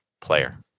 player